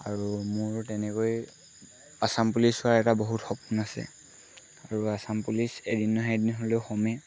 আৰু মোৰ তেনেকৈ আচাম পুলিচ হোৱাৰ এটা বহুত সপোন আছে আৰু আচাম পুলিচ এদিন নহয় এদিন হ'লেও হ'মেই